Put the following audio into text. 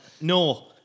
no